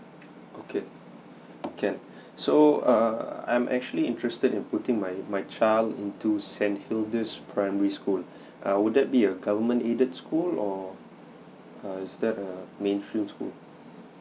okay can so err I'm actually interested in putting my my child in to send it to saint hildes primary school uh would that be a government aided school or err is that a mainstream school